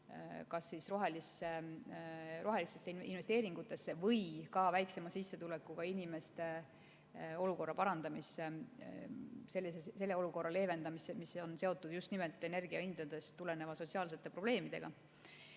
kas rohelistesse investeeringutesse või väiksema sissetulekuga inimeste olukorra parandamisse, selle olukorra leevendamisse, mis on seotud just nimelt energiahindadest tulenevate sotsiaalsete probleemidega.